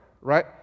right